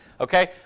okay